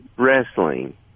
wrestling